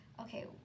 okay